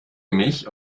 mich